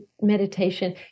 meditation